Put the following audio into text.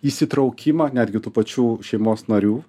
įsitraukimą netgi tų pačių šeimos narių